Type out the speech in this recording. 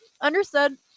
understood